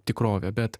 tikrovę bet